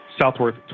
Southworth